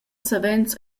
savens